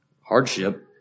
hardship